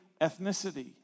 ethnicity